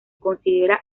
considera